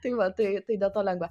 tai va tai tai dėl to lengva